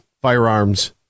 firearms